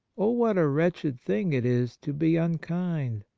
oh, what a wretched thing it is to be unkind!